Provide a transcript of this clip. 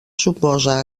suposa